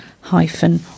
hyphen